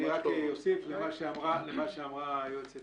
אני רק אוסיף למה שאמרה היועצת